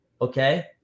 Okay